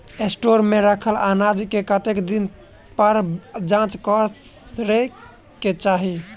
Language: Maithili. स्टोर मे रखल अनाज केँ कतेक दिन पर जाँच करै केँ चाहि?